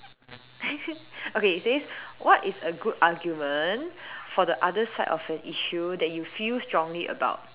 okay it says what is a good argument for the other side of an issue that you feel strongly about